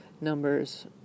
Numbers